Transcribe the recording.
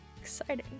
Exciting